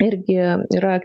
irgi yra ir